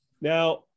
Now